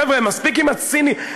חבר'ה, מספיק עם הציניות.